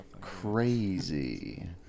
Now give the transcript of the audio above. crazy